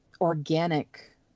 organic